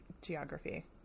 geography